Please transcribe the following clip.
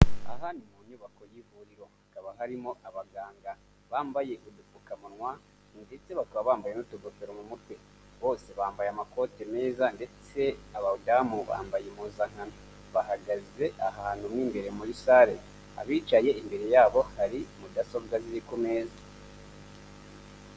Aha ni mu nyubako y'ivuriro, hakaba harimo abaganga bambaye udupfukamunwa ndetse bakaba bambaye n'utugofero mu mutwe bose bambaye amakote meza ndetse abadamu bambaye impuzankano, bahagaze ahantu mo imbere muri sale abicaye imbere yabo hari mudasobwa ziri ku meza.